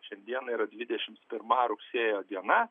šiandieną yra dvidešimt pirma rugsėjo diena